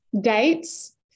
dates